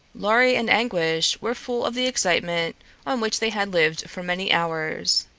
lorry and anguish were full of the excitement on which they had lived for many hours.